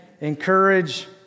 encourage